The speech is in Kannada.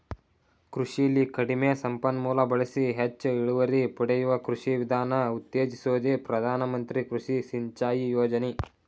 ಕೃಷಿಲಿ ಕಡಿಮೆ ಸಂಪನ್ಮೂಲ ಬಳಸಿ ಹೆಚ್ ಇಳುವರಿ ಪಡೆಯುವ ಕೃಷಿ ವಿಧಾನ ಉತ್ತೇಜಿಸೋದೆ ಪ್ರಧಾನ ಮಂತ್ರಿ ಕೃಷಿ ಸಿಂಚಾಯಿ ಯೋಜನೆ